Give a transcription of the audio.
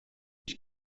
ich